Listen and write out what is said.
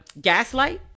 gaslight